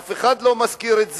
אף אחד לא מזכיר את זה.